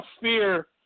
Fear